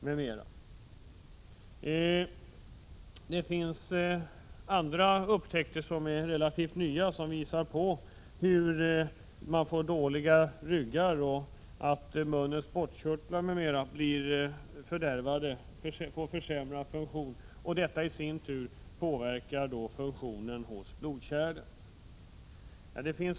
Andra, relativt nya, upptäckter visar att ryggar blir dåliga och att munnens spottkörtlar m.m. försämras, vilket i sin tur påverkats av blodkärlens funktion som nedsatts av tobaksrökning.